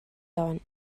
явна